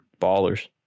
Ballers